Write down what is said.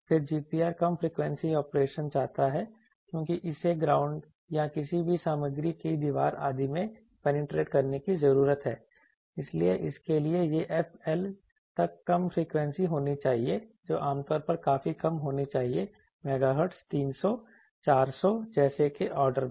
फिर GPR कम frequency operation चाहता है क्योंकि इसे ग्राउंड या किसी भी सामग्री की दीवार आदि में पेनिट्रेट करने की जरूरत है इसलिए इसके लिए यह f L तक कम फ्रीक्वेंसी होनी चाहिए जो आमतौर पर काफी कम होनी चाहिए मेगाहर्ट्ज़ 300 400 MHz जैसे के ऑर्डर में